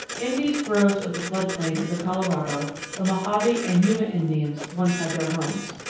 in these groves of the flood plain of the colorado the mojave and yuma indians once had their homes.